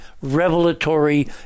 revelatory